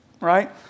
right